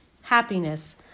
happiness